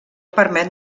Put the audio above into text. permet